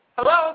Hello